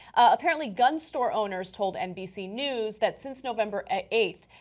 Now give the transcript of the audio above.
apparently, gun store owners told nbc news that since november eight,